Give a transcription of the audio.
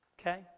Okay